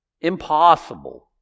Impossible